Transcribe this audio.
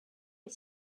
est